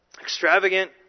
Extravagant